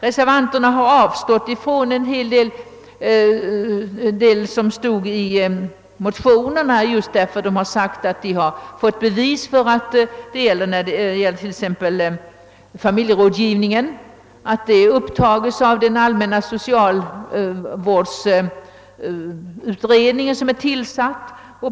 Reservanterna har avstått från att i reservationen ta upp en hel del av det som begärts i de likalydande motionerna just därför att de ansett sig ha bevis, t.ex. när det gäller familjerådgivningen, för att dessa frågor upptas av den tillsatta allmänna socialvårdsutredningen.